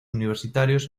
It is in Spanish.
universitarios